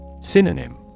Synonym